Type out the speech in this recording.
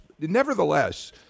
Nevertheless